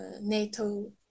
NATO